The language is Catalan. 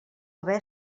haver